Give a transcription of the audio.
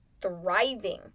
thriving